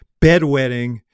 bedwetting